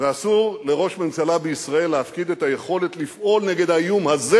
ואסור לראש ממשלה בישראל להפקיד את היכולת לפעול נגד האיום הזה